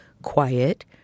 Quiet